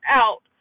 out